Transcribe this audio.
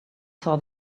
saw